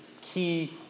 key